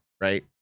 right